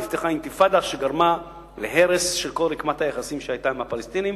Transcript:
ונפתחה אינתיפאדה שגרמה להרס של כל רקמת היחסים שהיתה עם הפלסטינים